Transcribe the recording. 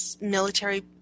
military